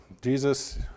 Jesus